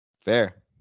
Fair